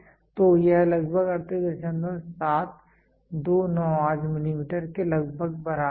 तो यह लगभग 387298 मिलीमीटर के लगभग बराबर है